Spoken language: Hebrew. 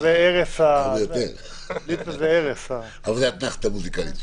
זאת אתנחתא מוסיקלית.